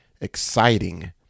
exciting